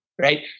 right